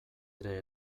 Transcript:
ere